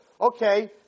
Okay